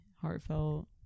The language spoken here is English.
heartfelt